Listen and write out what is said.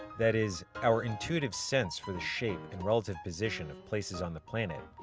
that is, our intuitive sense for the shape and relative position of places on the planet,